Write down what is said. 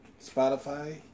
Spotify